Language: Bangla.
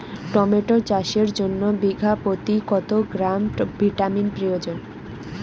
টমেটো চাষের জন্য বিঘা প্রতি কত গ্রাম ভিটামিন প্রয়োজন?